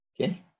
Okay